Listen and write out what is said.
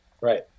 right